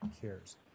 CARES